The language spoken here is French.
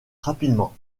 rapidement